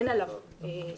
אין עליו סנקציות,